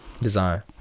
design